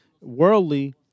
worldly